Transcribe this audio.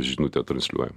žinutę transliuojam